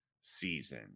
season